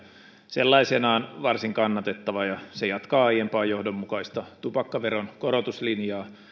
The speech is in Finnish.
sellaisenaan varsin kannatettava se jatkaa aiempaa johdonmukaista tupakkaveron korotuslinjaa